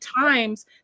times